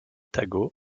tago